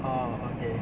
oh okay